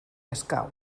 escau